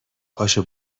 پاشو